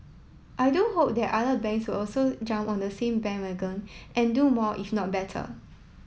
I do hope that other banks will also jump on the same bandwagon and do more if not better